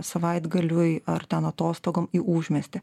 savaitgaliui ar ten atostogom į užmiestį